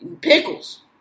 Pickles